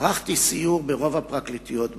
ערכתי סיור ברוב הפרקליטויות בארץ,